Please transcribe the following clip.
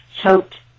choked